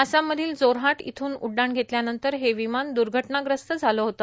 आसाममधील जोरहाट इथून उड्डाण घेतल्यानंतर हे विमान द्र्घटनाग्रस्त झाले होते